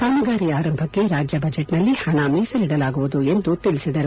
ಕಾಮಗಾರಿ ಆರಂಭಕ್ಕೆ ರಾಜ್ಯ ಬಜೆಟ್ನಲ್ಲಿ ಪಣ ಮೀಸಲಿಡಲಾಗುವುದು ಎಂದು ತಿಳಿಸಿದರು